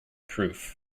proof